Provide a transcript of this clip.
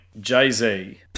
Jay-Z